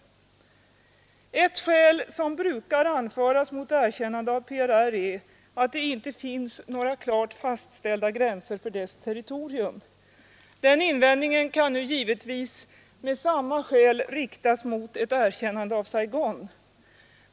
Ett skäl som brukar anföras mot erkännande av PRR är att det inte finns några klart fastställda gränser för dess territorium. Denna invändning kan givetvis med samma skäl göras mot ett erkännande av Saigon.